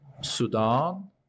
Sudan